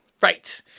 Right